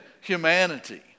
humanity